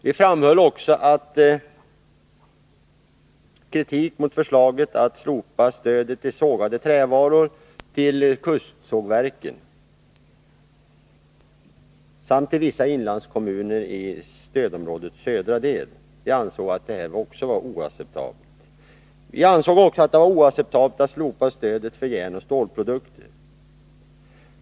Vi framförde även kritik mot förslaget att slopa stödet till kustsågverken för sågade trävaror samt till vissa inlandskommuner i stödområdets södra del. Vi ansåg vidare att det var oacceptabelt att slopa stödet för järnoch stålprodukter.